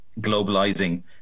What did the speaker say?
globalizing